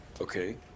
okay